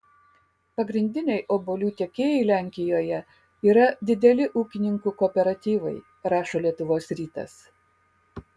pagrindiniai obuolių tiekėjai lenkijoje yra dideli ūkininkų kooperatyvai rašo lietuvos rytas